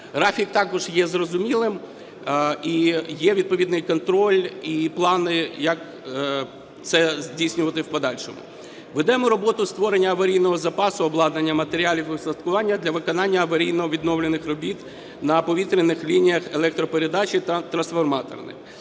Графік також є зрозумілим, і є відповідний контроль і плани, як це здійснювати в подальшому. Ведемо роботу створення аварійного запасу обладнання, матеріалів і устаткування для виконання аварійно-відновлювальних робіт на повітряних лініях електропередач та трансформаторних.